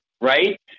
right